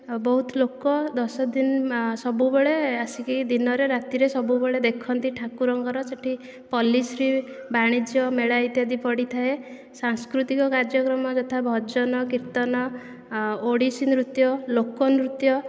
ବହୁତ ଲୋକ ଦଶଦିନ ସବୁବେଳେ ଆସିକି ଦିନରେ ରାତିରେ ସବୁବେଳେ ଦେଖନ୍ତି ଠାକୁରଙ୍କର ସେଠି ପଲ୍ଲିଶ୍ରୀ ବାଣିଜ୍ୟ ମେଳା ଇତ୍ୟାଦି ପଡ଼ିଥାଏ ସାଂସ୍କୃତିକ କାର୍ଯ୍ୟକ୍ରମ ଯଥା ଭଜନ କୀର୍ତ୍ତନ ଓଡ଼ିଶୀ ନୃତ୍ୟ ଲୋକ ନୃତ୍ୟ